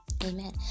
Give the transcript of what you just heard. amen